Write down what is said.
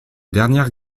dernières